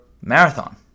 marathon